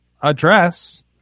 address